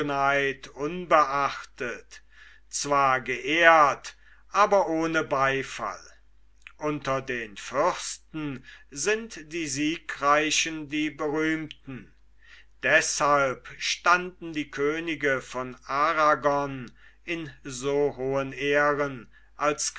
unbeachtet zwar geehrt aber ohne beifall unter den fürsten sind die siegreichen die berühmten deshalb standen die könige von arragon in so hohen ehren als